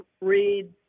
read